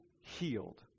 healed